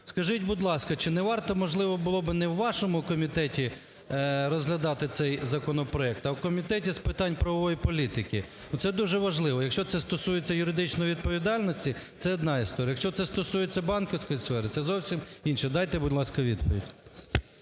Скажіть, будь ласка, чи не варто, можливо, було би не у вашому комітеті розглядати цей законопроект, а в Комітеті з питань правової політики? Ну, це дуже важливо, якщо це стосується юридичної відповідальності – це одна історія, якщо це стосується банківської сфери – це зовсім інше. Давайте, будь ласка, відповідь.